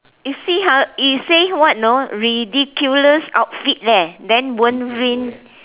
you see ha it says what know ridiculous outfit leh then won't ruin